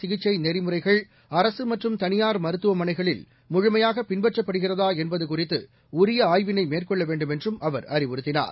சிகிச்சை நெறிமுறைகள் அரசு மற்றும் தனியார் மருத்துவமனைகளில் முழுமையாக பின்பற்றப்படுகிறதா என்பது குறித்து உரிய ஆய்விளை மேற்கொள்ள வேண்டுமென்றும் அவர் அறிவுறுத்தினார்